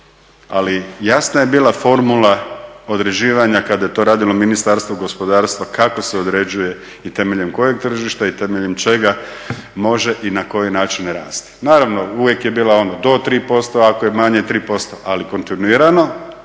Ali jasna je bila formula određivanja kada je to radilo Ministarstvo gospodarstva kako se određuje i temeljem kojeg tržišta i temeljem čega može i na koji način rasti. Naravno uvijek je bila ono do 3% ako je manje 3% ali kontinuirano